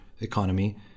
economy